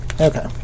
Okay